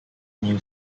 new